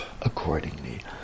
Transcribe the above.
accordingly